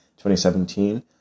2017